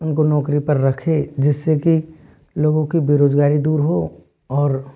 उन को नौकरी पर रखे जिस से कि लोगों की बेरोज़गारी दूर हो और